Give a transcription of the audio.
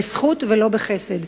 בזכות ולא בחסד,